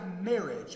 marriage